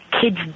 kids